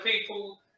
people